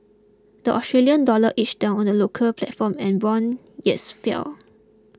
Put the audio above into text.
the Australian dollar edged down on the local platform and bond yields fell